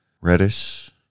Reddish